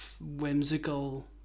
whimsical